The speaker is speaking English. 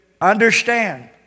Understand